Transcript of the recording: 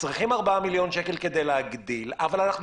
שצריכים ארבעה מיליון שקלים כדי להגדיל אבל אנחנו